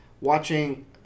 watching